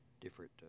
different